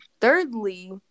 thirdly